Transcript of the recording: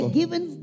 given